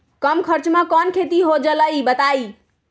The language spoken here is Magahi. कम खर्च म कौन खेती हो जलई बताई?